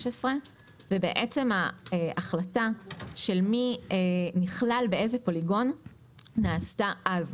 ובעצם ההחלטה של מי נכלל באיזה פוליגון נעשתה אז.